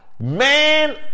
Man